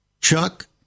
Chuck